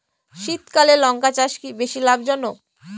শীতকালে লঙ্কা চাষ কি বেশী লাভজনক?